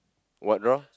what roar